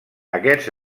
aquest